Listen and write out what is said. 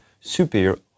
superior